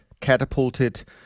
catapulted